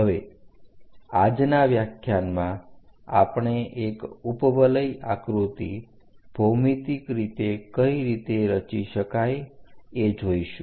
હવે આજના વ્યાખ્યાનમાં આપણે એક ઉપવલય આકૃતિ ભૌમિતિક રીતે કઈ રીતે રચી શકાય એ જોઈશું